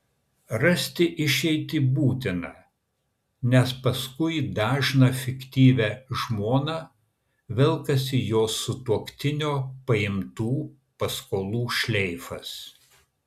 rasti išeitį būtina nes paskui dažną fiktyvią žmoną velkasi jos sutuoktinio paimtų paskolų šleifas